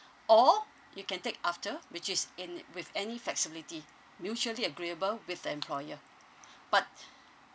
or you can take after which is in with any flexibility mutually agreeable with the employer but